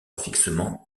fixement